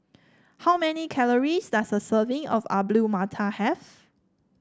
how many calories does a serving of Alu Matar have